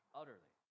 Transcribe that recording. utterly